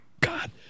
God